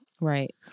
Right